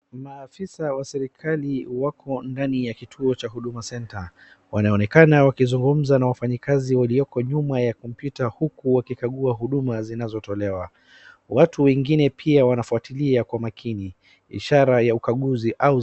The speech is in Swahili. Maaafisa wa serikali wako ndani ya kituo cha Huduma Center. Wanaonekana wakizungumza na wafanyikazi walioko nyuma ya kompyuta huku wakikagua huduma zinazotolewa. watu wengine pia wanafuatilia kwa makini. ishara ya ukaguzi au.